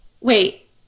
Wait